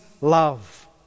love